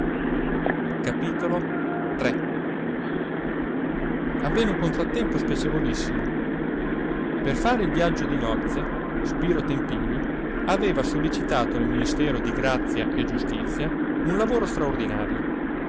dovuto farla avvenne un contrattempo spiacevolissimo per fare il viaggio di nozze spiro tempini aveva sollecitato al ministero di grazia e giustizia un lavoro straordinario